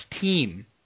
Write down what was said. team